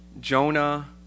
Jonah